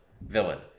Villain